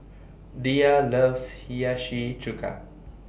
Diya loves Hiyashi Chuka